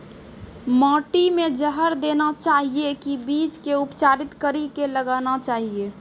माटी मे जहर देना चाहिए की बीज के उपचारित कड़ी के लगाना चाहिए?